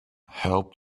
help